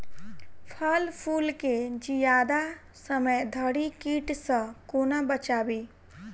फल फुल केँ जियादा समय धरि कीट सऽ कोना बचाबी?